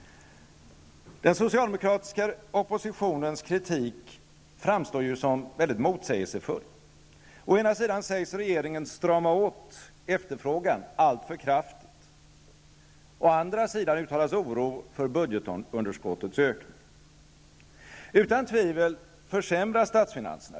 Den socialdemokratiska oppositionens kritik framstår som mycket motsägelsefull. Å ena sidan sägs regeringen strama åt efterfrågan alltför kraftigt. Å andra sidan uttalas oro för budgetunderskottets ökning. Utan tvivel försämras statsfinanserna.